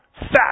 Fat